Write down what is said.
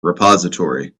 repository